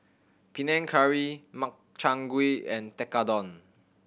Panang Curry Makchang Gui and Tekkadon